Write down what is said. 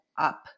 up